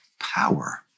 power